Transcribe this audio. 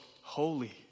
holy